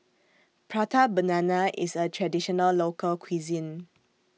Prata Banana IS A Traditional Local Cuisine